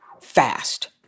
Fast